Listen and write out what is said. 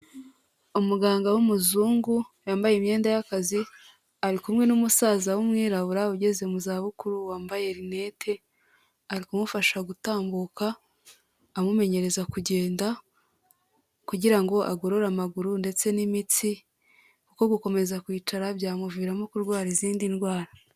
Umuganga w'umuzungu yambaye imyenda y'akazi ari kumwe n'umusaza w'umwirabura ugeze mu zabukuru wambaye rinete, ari kumufasha gutambuka amumenyereza kugenda, kugira ngo agorore amaguru ndetse n'imitsi, kuko gukomeza kwicara byamuviramo kurwara izindi ndwara.